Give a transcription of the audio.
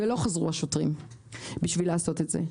ולא חזרו השוטרים בשביל לעשות את זה.